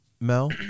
Mel